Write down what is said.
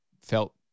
felt